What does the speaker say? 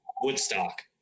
Woodstock